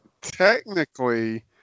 Technically